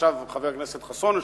ישב חבר הכנסת חסון,